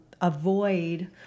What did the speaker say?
avoid